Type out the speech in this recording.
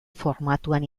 formatuan